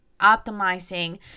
optimizing